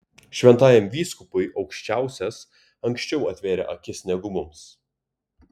šventajam vyskupui aukščiausias anksčiau atvėrė akis negu mums